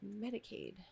Medicaid